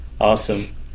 Awesome